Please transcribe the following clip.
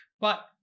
but-